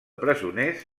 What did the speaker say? presoners